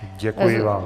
Děkuji vám.